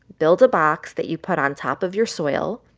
build a box that you put on top of your soil,